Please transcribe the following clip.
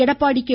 Edappadi K